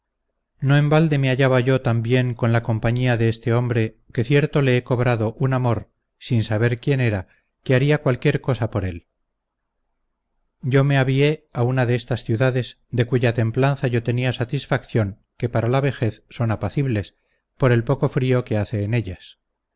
no en balde me hallaba yo tan bien con la compañía de este hombre que cierto le he cobrado un amor sin saber quien era que haría cualquiera cosa por él yo me avíe a una de estas ciudades de cuya templanza yo tenía satisfacción que para la vejez son apacibles por el poco frío que hace en ellas